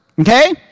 Okay